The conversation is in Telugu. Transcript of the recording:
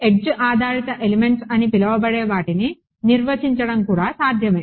ఎడ్జ్ ఆధారిత ఎలిమెంట్స్ అని పిలవబడే వాటిని నిర్వచించడం కూడా సాధ్యమే